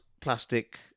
plastic